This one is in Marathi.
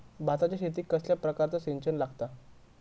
भाताच्या शेतीक कसल्या प्रकारचा सिंचन लागता?